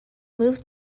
moved